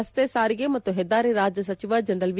ರಸ್ತೆ ಸಾರಿಗೆ ಮತ್ತು ಹೆದ್ದಾರಿ ರಾಜ್ಯ ಸಚಿವ ಜನರಲ್ ವಿ